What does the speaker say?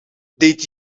deed